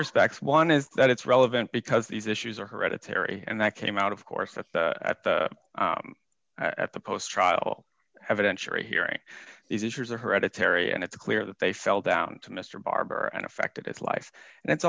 respect one is that it's relevant because these issues are hereditary and that came out of course that at the at the post trial evidentiary hearing these issues are hereditary and it's clear that they fell down to mr barber and affected its life and it's